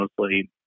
Mostly